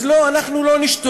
אז לא, אנחנו לא נשתוק.